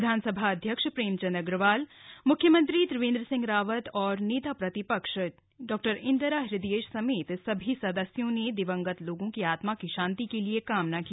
विधानसभा अध्यक्ष प्रेमचंद अग्रवाल मुख्यमंत्री त्रिवेंद्र सिंह रावत और नेता प्रतिपक्ष इंदिरा हृदयेश समेत सभी सदस्यों ने दिवंगत लोगों की आत्मा की शांति की कामना की